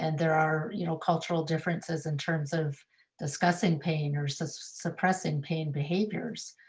and there are you know cultural differences in terms of discussing pain or suppressing pain behaviors.